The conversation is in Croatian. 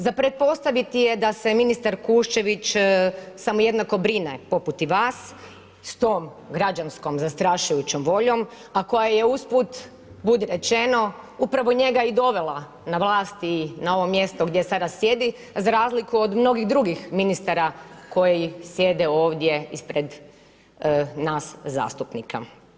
Za pretpostaviti je da se ministar Kuščević samo jednako brine poput i vas s tom građanskom zastrašujućom voljom, a koja je usput budi rečeno upravo njega i dovela na vlast i na ovo mjesto gdje sada sjedi, a za razliku od mnogih drugih ministara koji sjede ovdje ispred nas zastupnika.